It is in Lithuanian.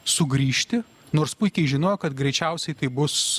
sugrįžti nors puikiai žinojo kad greičiausiai taip bus